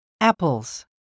Apples